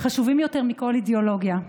חשובים יותר מכל אידיאולוגיה.